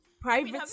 private